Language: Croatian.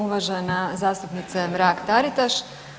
Uvažena zastupnice Mrak Taritaš.